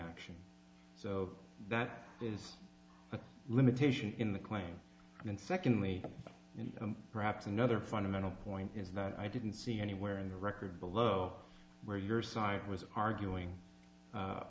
action so that is limitation in the claim and secondly perhaps another fundamental point is that i didn't see anywhere in the record below where your side was arguing